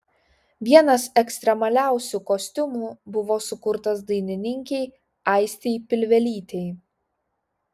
vienas ekstremaliausių kostiumų buvo sukurtas dainininkei aistei pilvelytei